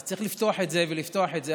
אז צריך לפתוח את זה ולפתוח את זה,